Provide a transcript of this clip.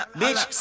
bitch